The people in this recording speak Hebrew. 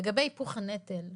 לגבי היפוך הנטל,